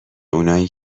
اونای